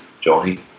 Johnny